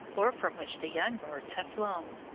or from which the young birds have flown.